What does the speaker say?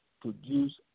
produce